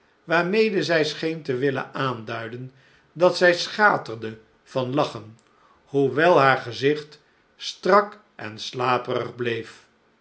waarmede zij scheen te willen aanduiden dat zij schaterde van lachen hoewel haar gezicht strak en slaperig bleef